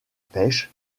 pêche